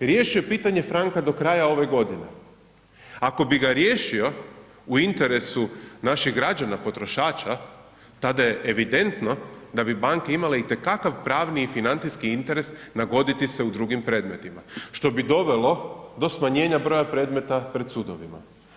riješi pitanje franka do kraja ove godine, ako bi ga riješio naših građana potrošača, tada je evidentno da bi banke imale itekakav pravni i financijski interes nagoditi se u drugim predmetima što bi dovelo do smanjenja broja predmeta pred sudovima.